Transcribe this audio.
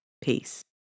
Peace